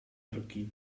archi